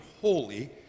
holy